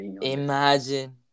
Imagine